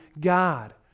God